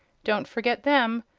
don't forget them,